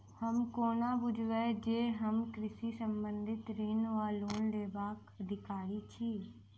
हम कोना बुझबै जे हम कृषि संबंधित ऋण वा लोन लेबाक अधिकारी छी?